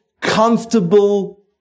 comfortable